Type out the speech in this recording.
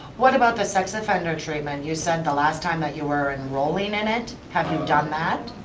what about the sex offender treatment? you said the last time that you were enrolling in it. have you done that?